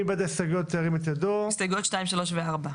מי בעד הסתייגויות מס' 2, 3 ו-4?